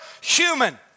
human